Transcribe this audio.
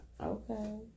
Okay